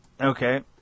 Okay